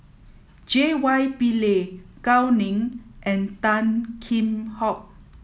J Y Pillay Gao Ning and Tan Kheam Hock